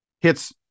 Hits